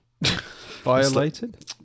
violated